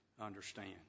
understand